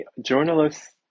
journalists